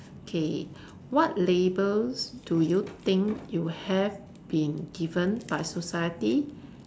K what labels do you think you have been given by society